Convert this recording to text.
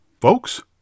Folks